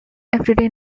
everyday